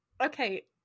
Okay